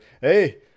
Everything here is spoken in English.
Hey